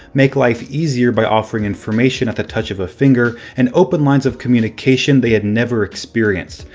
make life easier by offering information at the touch of a finger, and open lines of communication they had never experienced,